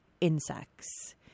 insects